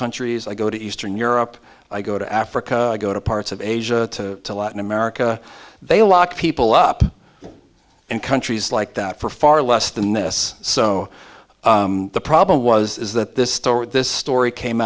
countries i go to eastern europe i go to africa i go to parts of asia to latin america they lock people up in countries like that for far less than this so the problem was is that this story this story came